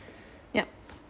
yup